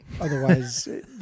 Otherwise